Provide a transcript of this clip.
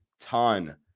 ton